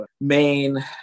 main